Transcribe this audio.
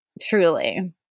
truly